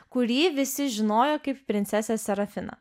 kurį visi žinojo kaip princesę serafiną